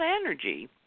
energy